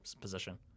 position